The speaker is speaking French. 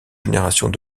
générations